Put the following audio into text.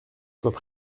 soient